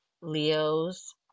Leo's